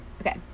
Okay